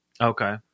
Okay